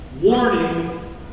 warning